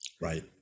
Right